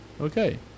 Okay